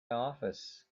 office